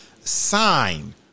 Sign